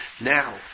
Now